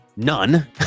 none